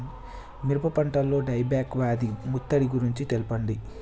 మిరప పంటలో die back వ్యాధి ముట్టడి గురించి తెల్పండి?